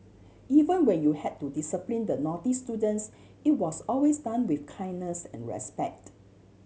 even when you had to discipline the naughty students it was always done with kindness and respect